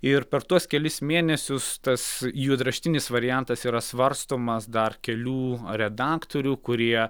ir per tuos kelis mėnesius tas juodraštinis variantas yra svarstomas dar kelių redaktorių kurie